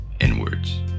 inwards